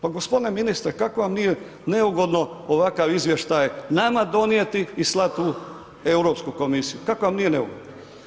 Pa g. ministre, kako vam nije neugodno ovakav izvještaj nama donijeti i slat u Europsku komisiju, kako vam nije neugodno?